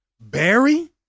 Barry